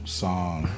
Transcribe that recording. song